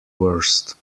worst